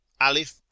Alif